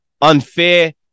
unfair